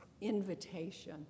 invitation